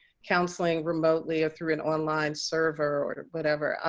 counseling remotely through an online server or whatever.